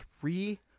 three